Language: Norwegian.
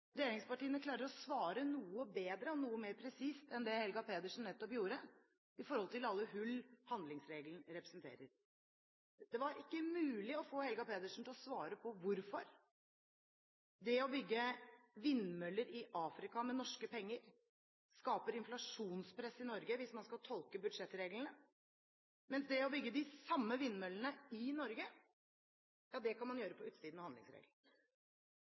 regjeringspartiene klarer å svare noe bedre og noe mer presist enn det Helga Pedersen nettopp gjorde, i forhold til alle hull handlingsregelen representerer. Det var ikke mulig å få Helga Pedersen til å svare på hvorfor det å bygge vindmøller i Afrika med norske penger, skaper inflasjonspress i Norge hvis man skal tolke budsjettreglene, men å bygge de samme vindmøllene i Norge, det kan man gjøre på utsiden av handlingsregelen.